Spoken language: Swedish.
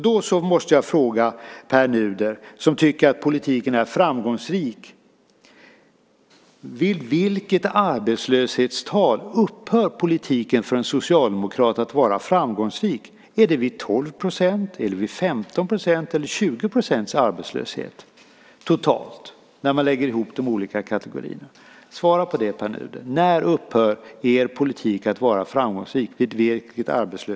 Då måste jag fråga Pär Nuder, som tycker att politiken är framgångsrik: Vid vilket arbetslöshetstal upphör politiken för en socialdemokrat att vara framgångsrik, är det vid 12, 15, eller 20 % arbetslöshet totalt, när man lägger ihop de olika kategorierna? Svara på det, Pär Nuder: Vid vilket arbetslöshetstal upphör er politik att vara framgångsrik?